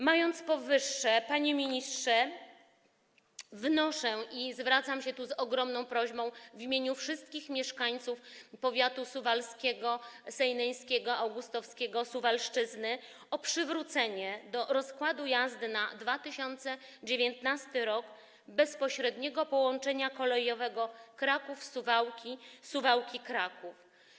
Mając powyższe, panie ministrze, na uwadze, wnoszę - i zwracam się z ogromną prośbą w imieniu wszystkich mieszkańców powiatów suwalskiego, sejneńskiego, augustowskiego, Suwalszczyzny - o przywrócenie w rozkładzie jazdy na 2019 r. bezpośredniego połączenia kolejowego Kraków - Suwałki i Suwałki - Kraków.